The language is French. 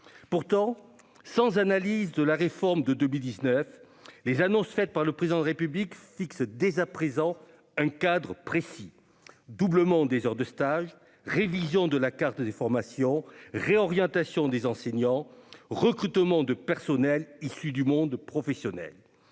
Pourtant, alors même que la réforme de 2019 n'a pas été analysée, les annonces faites par le Président de la République fixent déjà un cadre précis : doublement des heures de stages, révision de la carte des formations, réorientation des enseignants et recrutement d'un personnel issu du monde professionnel.